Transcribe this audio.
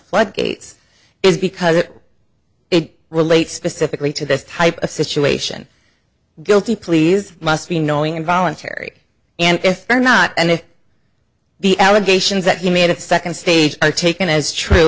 floodgates is because it relates specifically to this type of situation guilty pleas must be knowing and voluntary and if they're not and if the allegations that he made of second stage are taken as true